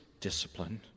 discipline